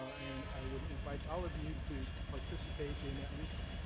and, i would invite all of you to participate in, at least,